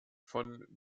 von